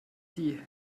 die